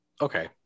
Okay